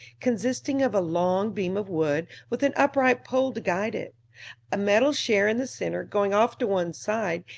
consisting of a long beam of wood, with an upright pole to guide it a metal share in the center, going off to one side,